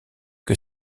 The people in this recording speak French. que